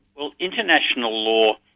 well, international law